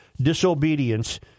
disobedience